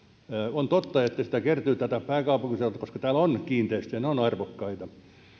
on totta että sitä kertyy täältä pääkaupunkiseudulta koska täällä on kiinteistöjä ja ne ovat arvokkaita